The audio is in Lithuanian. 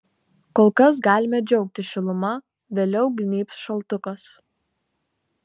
kol kas galime džiaugtis šiluma vėliau gnybs šaltukas